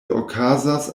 okazas